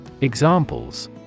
Examples